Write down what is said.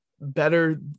better